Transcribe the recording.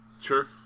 Sure